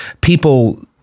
people